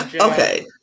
Okay